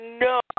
No